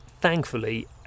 thankfully